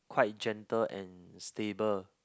quite gentle and stable